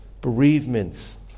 bereavements